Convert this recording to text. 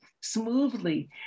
smoothly